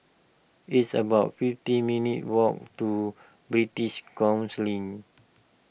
it's about fifty minutes' walk to British